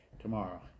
tomorrow